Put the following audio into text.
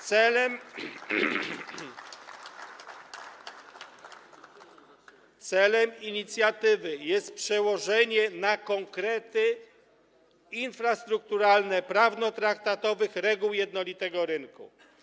Celem inicjatywy jest przełożenie na konkrety infrastrukturalne prawnotraktatowych reguł jednolitego rynku.